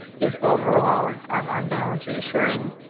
is overall um on balance reassuring.